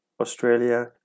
Australia